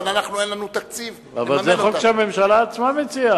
אבל אין לנו תקציב לממן אותם.